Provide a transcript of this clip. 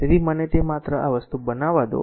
તેથી મને તે માત્ર આ વસ્તુ બનાવવા દો